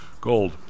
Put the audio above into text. Gold